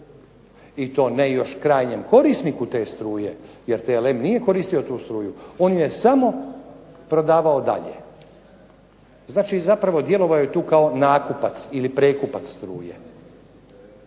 I to ne još krajnjem korisniku te struje jer TLM nije koristio tu struju, on je samo prodavao dalje. Znači, zapravo djelovao je tu kao nakupac ili prekupac struje.